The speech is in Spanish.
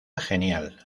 genial